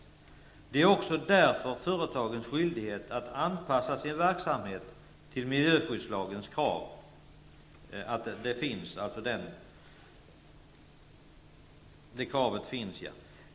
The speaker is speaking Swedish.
Det är också därför företagets skyldighet att anpassa sin verksamhet till miljöskyddslagens krav.